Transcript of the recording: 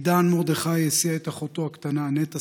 עידן מרדכי הסיע את אחותו הקטנה נטע